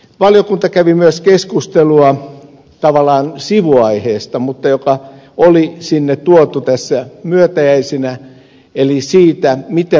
valiokunta kävi myös keskustelua tavallaan sivuaiheesta mutta joka oli sinne tuotu myötäjäisinä eli siitä miten maakuntakaavat vahvistetaan